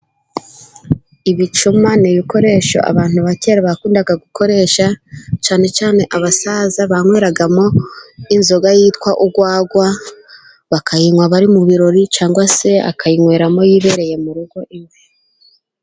Ibicuma ni ibikoresho abantu bakera bakundaga gukoresha, cyane cyane abasaza banyweragamo inzoga yitwa urwagwa, bakayinywa bari mu birori cyangwa se akayinyweramo yibereye mu rugo iwe.